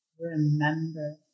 remember